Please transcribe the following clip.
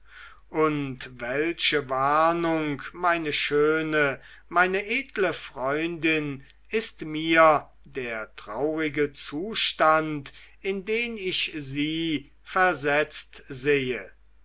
und welche warnung meine schöne meine edle freundin ist mir der traurige zustand in den ich sie versetzt sehe